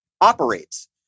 operates